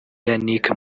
yannick